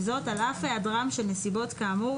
וזאת על אף היעדרם של נסיבות כאמור